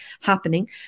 happening